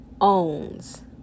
owns